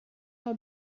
how